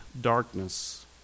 darkness